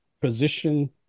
position